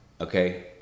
Okay